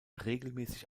regelmäßig